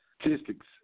statistics